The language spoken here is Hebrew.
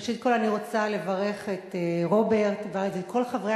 ראשית כול אני רוצה לברך את רוברט טיבייב ואת כל חברי